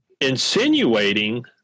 insinuating